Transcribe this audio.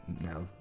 now